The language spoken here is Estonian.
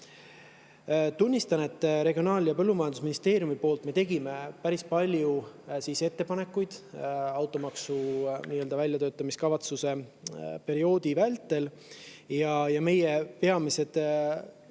Tunnistan, et Regionaal‑ ja Põllumajandusministeeriumi poolt me tegime päris palju ettepanekuid automaksu nii-öelda väljatöötamiskavatsuse perioodi vältel. Meie peamised